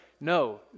No